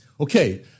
Okay